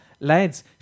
lads